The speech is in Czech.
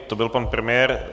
To byl pan premiér.